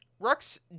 Rux